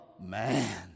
man